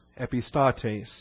epistates